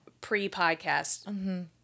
pre-podcast